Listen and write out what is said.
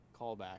callback